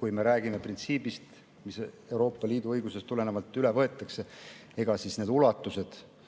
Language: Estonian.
kui me räägime printsiibist, mis Euroopa Liidu õigusest tulenevalt üle võetakse, siis need ulatused,